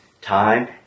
time